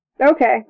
Okay